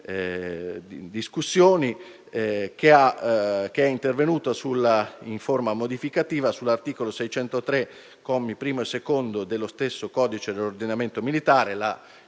discussioni e che è intervenuta, in forma modificativa, sull'articolo 603, commi 1 e 2, dello stesso codice dell'ordinamento militare,